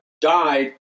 Died